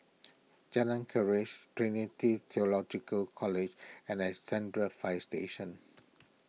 Jalan Keris Trinity theological College and Alexandra Fire Station